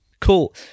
Cool